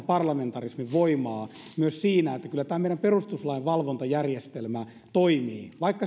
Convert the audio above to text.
parlamentarismin voimaa myös siinä että kyllä tämä meidän perustuslain valvontajärjestelmä toimii vaikka